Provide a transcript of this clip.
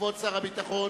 כבוד שר הביטחון,